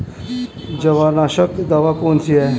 जवारनाशक दवा कौन सी है?